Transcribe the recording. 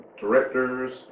directors